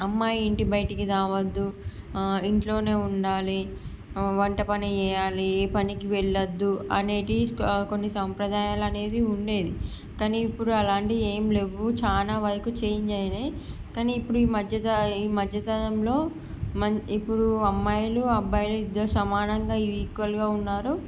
అమ్మాయి ఇంటి బయటికి రావద్దు ఇంట్లోనే ఉండాలి వంట పనే చేయాలి ఏ పనికి వెల్లొద్దు అనేటివి కొన్ని సాంప్రదాయాలు అనేది ఉండేది కానీ ఇప్పుడు అలాంటివి ఏమీ లేవు చాలావరకు చేంజ్ అయినవి కానీ ఇప్పుడు ఈ మధ్య మధ్యతరంలో ఇప్పుడు అమ్మాయిలు అబ్బాయిలు ఇద్దరూ సమానంగా ఈక్వల్గా ఉన్నారు